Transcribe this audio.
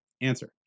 Answer